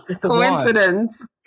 coincidence